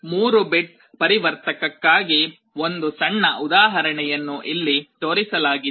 3 bit ಪರಿವರ್ತಕಕ್ಕಾಗಿ ಒಂದು ಸಣ್ಣ ಉದಾಹರಣೆಯನ್ನು ಇಲ್ಲಿ ತೋರಿಸಲಾಗಿದೆ